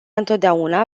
întotdeauna